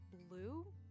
blue